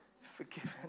forgiven